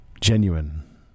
genuine